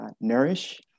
nourish